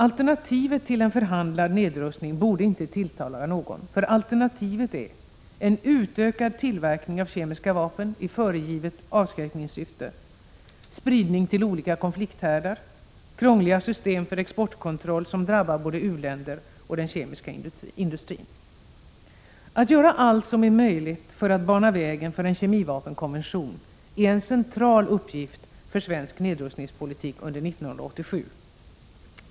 Alternativet till förhandlad nedrustning borde inte tilltala någon, för det är utökad tillverkning av kemiska vapen i föregivet avskräckningssyfte, spridning till olika konflikthärdar, krångliga system för exportkontroll som drabbar både u-länder och den kemiska industrin. Att göra allt som är möjligt för att bana vägen för en kemivapenkonvention är en central uppgift för svensk nedrustningspolitik under 1987.